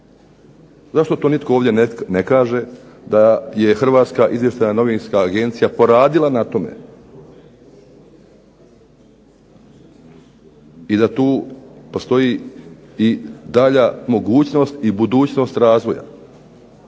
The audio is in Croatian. Zašto to nitko ovdje ne kaže da je Hrvatska izvještajna novinska agencija poradila na tome i da tu postoji i dalja mogućnost i budućnost razvoja.